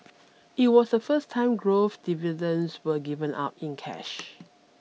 it was the first time growth dividends were given out in cash